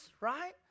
right